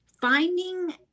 finding